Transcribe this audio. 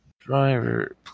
Driver